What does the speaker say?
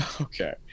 Okay